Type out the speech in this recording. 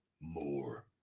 more